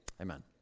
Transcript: Amen